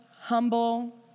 humble